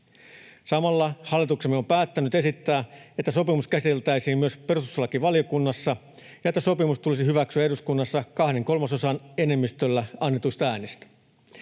Samalla hallituksemme on päättänyt esittää, että sopimus käsiteltäisiin myös perustuslakivaliokunnassa ja että sopimus tulisi hyväksyä eduskunnassa kahden kolmasosan enemmistöllä annetuista äänistä.